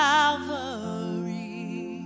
Calvary